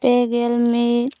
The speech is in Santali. ᱯᱮᱜᱮᱞ ᱢᱤᱫ